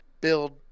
build